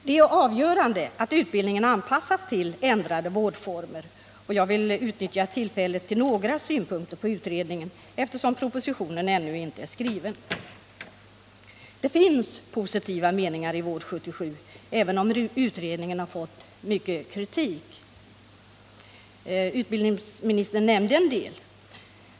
Det är avgörande att utbildningen anpassas till ändrade vårdformer. Jag vill utnyttja tillfället till att anföra några synpunkter på utredningen, eftersom propositionen ännu inte är skriven. Det finns positiva meningar i Vård 77, även om utredningen fått mycket kritik. Utbildningsministern nämnde en del.